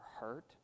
hurt